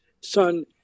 son